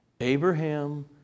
Abraham